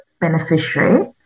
beneficiary